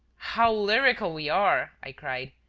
how lyrical we are! i cried.